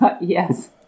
Yes